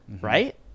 right